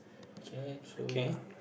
okay so ya